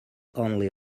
only